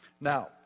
now